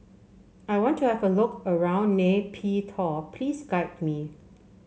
I want to have a look around Nay Pyi Taw please guide me